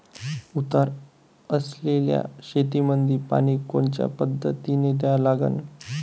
उतार असलेल्या शेतामंदी पानी कोनच्या पद्धतीने द्या लागन?